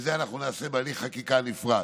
את זה אנחנו נעשה בהליך חקיקה נפרד.